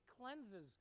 cleanses